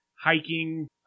hiking